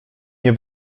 nie